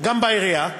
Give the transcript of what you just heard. גם בעירייה,